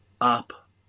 up